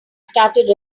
started